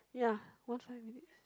ya one five minute